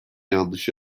yanlış